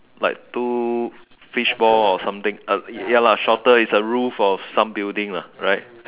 like two fishball or something uh ya lah shorter it's a roof of some building lah right